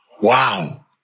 wow